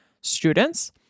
students